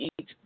eat